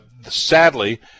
sadly